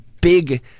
big